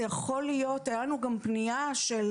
הייתה לנו גם פניה של